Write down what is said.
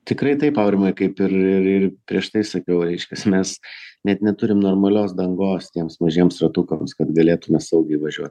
tikrai taip aurimai kaip ir ir ir prieš tai sakiau vat reiškias mes net neturim normalios dangos tiems mažiems ratukams kad galėtume saugiai važiuot